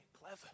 clever